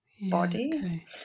body